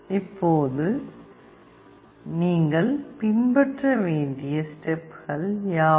இப்போது பின்பற்ற வேண்டிய ஸ்டெப்கள் யாவை